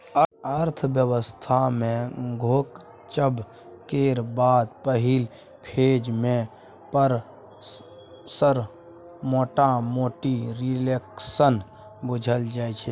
अर्थव्यवस्था मे घोकचब केर बाद पहिल फेज मे पसरब मोटामोटी रिफ्लेशन बुझल जाइ छै